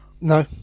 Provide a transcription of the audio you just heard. No